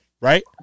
right